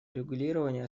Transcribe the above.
урегулирования